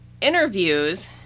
interviews